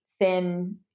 thin